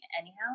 anyhow